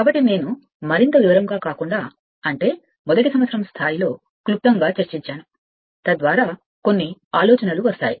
కాబట్టి నేను చర్చించుతాను అంటే మొదటి సంవత్సరం స్థాయిలో క్లుప్తంగా వివరంగా కాదు కొన్ని ఆలోచనలు వస్తాయి